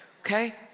okay